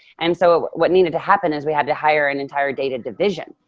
and so what needed to happen is we had to hire an entire data division.